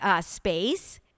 space